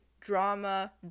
Drama